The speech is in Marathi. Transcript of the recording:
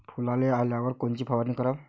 फुलाले आल्यावर कोनची फवारनी कराव?